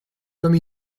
comme